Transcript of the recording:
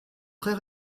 très